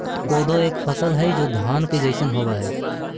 कोदो एक फसल हई जो धान के जैसन होव हई